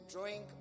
drink